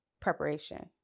Preparation